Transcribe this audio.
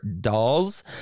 dolls